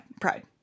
pride